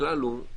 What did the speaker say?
הכלל הוא,